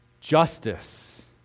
justice